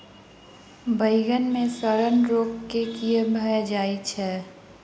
बइगन मे सड़न रोग केँ कीए भऽ जाय छै?